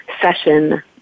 session